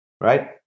Right